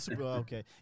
okay